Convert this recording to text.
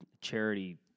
charity